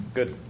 Good